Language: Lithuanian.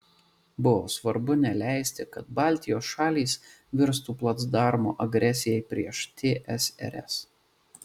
buvo svarbu neleisti kad baltijos šalys virstų placdarmu agresijai prieš tsrs